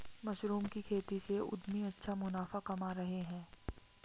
mushroom की खेती से उद्यमी अच्छा मुनाफा कमा रहे हैं